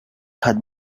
had